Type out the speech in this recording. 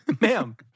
ma'am